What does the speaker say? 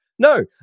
No